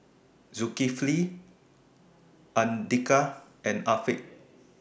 Zulkifli Andika and Afiq